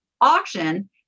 auction